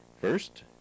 First